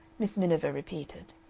miss miniver repeated.